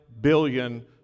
billion